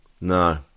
No